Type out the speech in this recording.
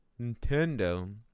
Nintendo